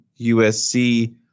USC